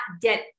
get